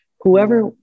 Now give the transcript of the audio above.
whoever